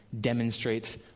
demonstrates